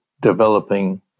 developing